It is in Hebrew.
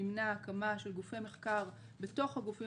מימנה הקמה של גופי מחקר בתוך הגופים